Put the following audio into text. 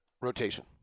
rotation